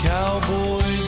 Cowboy